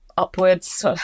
upwards